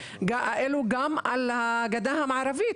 האלה גם על הגדה המערבית.